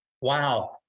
wow